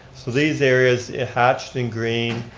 so these areas, ah hatched in green,